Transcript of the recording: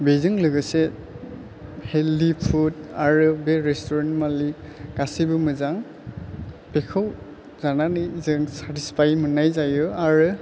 बेजों लोगोसे healthy food आरो बे रेस्ट'रेन्ट मालिक गासिबो मोजां बेखौ जानानै जों सेथिसफाय मोननाय जायो आरो